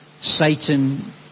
Satan